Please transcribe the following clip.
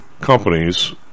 companies